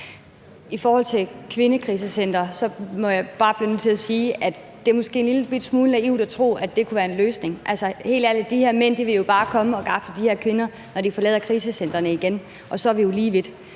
I forhold til kvindekrisecentrene bliver jeg bare nødt til at sige, at det måske er en lillebitte smule naivt at tro, at det kunne være en løsning. Altså, helt ærligt, de her mænd vil jo bare komme og gafle de her kvinder, når de forlader krisecentrene igen, og så er vi jo lige vidt.